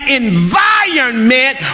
environment